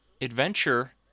adventure